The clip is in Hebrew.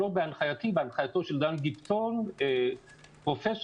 לא בהנחייתי, בהנחייתו של דן ביטון, פרופ'.